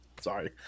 Sorry